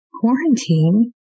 Quarantine